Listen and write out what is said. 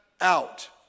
out